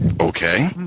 Okay